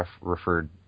referred